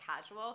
casual